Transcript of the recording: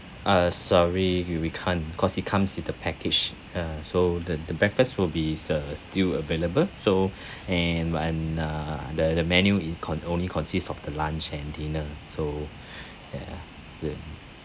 uh sorry we can't because it comes with the package uh so the the breakfast will be uh still available so and when uh the the menu it con~ only consist of the lunch and dinner so ya